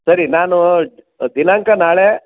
ಸರಿ ನಾನು ದಿನಾಂಕ ನಾಳೆ